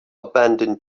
abandoned